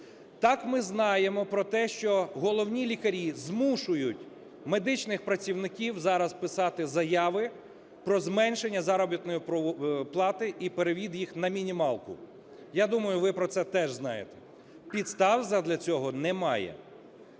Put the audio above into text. Так, ми знаємо про те, що головні лікарі змушують медичних працівників зараз писати заяви про зменшення заробітної плати і перевід їх на мінімалку. Я думаю, ви про це теж знаєте. Підстав задля цього немає.